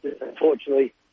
Unfortunately